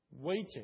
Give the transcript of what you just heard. waiting